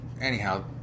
anyhow